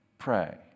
Pray